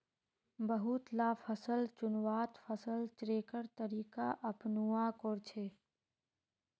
बहुत ला फसल चुन्वात फसल चक्रेर तरीका अपनुआ कोह्चे